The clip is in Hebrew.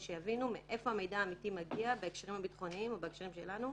הם אלה שצריכים לעמוד מול המשפחה,